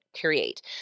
create